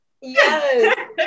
Yes